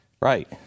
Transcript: Right